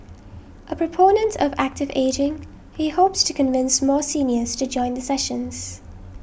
a proponent of active ageing he hopes to convince more seniors to join the sessions